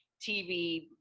TV